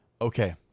Okay